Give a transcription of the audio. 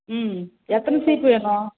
ம் எத்தனை சீப்பு வேணும்